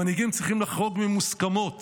מנהיגים צריכים לחרוג ממוסכמות.